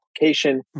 application